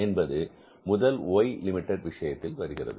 என்பது முதல் Y limited விஷயத்தில் வருகிறது